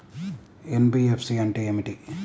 NBFC అంటే ఏమిటి?